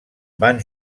van